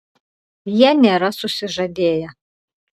jie nėra susižadėję